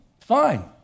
fine